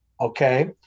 Okay